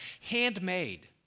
Handmade